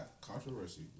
controversy